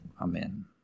Amen